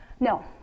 No